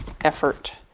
effort